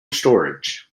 storage